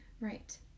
Right